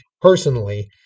personally